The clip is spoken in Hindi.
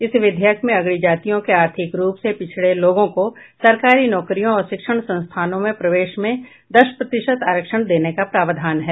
इस विधेयक में अगड़ी जातियों के आर्थिक रूप से पिछड़े लोगों को सरकारी नौकरियों और शिक्षा संस्थानों में प्रवेश में दस प्रतिशत आरक्षण देने का प्रावधान है